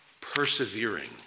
persevering